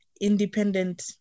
independent